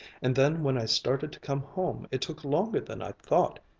and then when i started to come home it took longer than i thought.